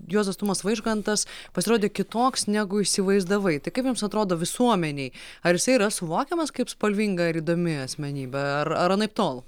juozas tumas vaižgantas pasirodė kitoks negu įsivaizdavai tai kaip mums atrodo visuomenei ar jisai yra suvokiamas kaip spalvinga ir įdomi asmenybė ar anaiptol